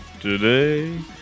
today